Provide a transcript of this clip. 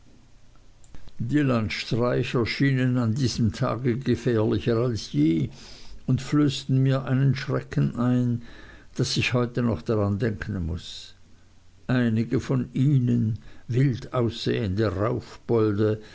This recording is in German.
die landstreicher schienen an diesem tage gefährlicher als je und flößten mir einen schrecken ein daß ich heute noch daran denken muß einige von ihnen wild aussehende raufbolde